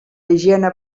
higiene